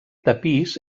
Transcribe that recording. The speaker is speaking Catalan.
tapís